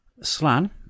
Slan